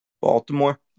Baltimore